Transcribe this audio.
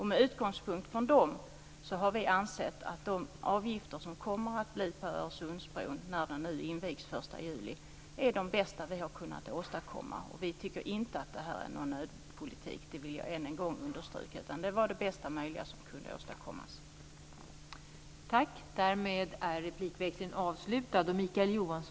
Med utgångspunkt från de här målen har vi ansett att de avgifter som kommer att införas på Öresundsbron, när den nu invigs den 1 juli, är de bästa som vi har kunnat åstadkomma. Vi tycker inte att detta är någon nödpolitik - det vill jag än en gång understryka. Det var det bästa möjliga som kunde åstadkommas.